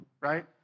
right